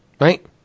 Right